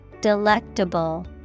Delectable